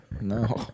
No